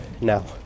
Now